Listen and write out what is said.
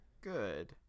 good